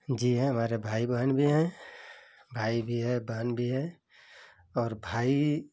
जी हाँ हमारे भाई बहन भी हैं भाई भी है बहन भी है और भाई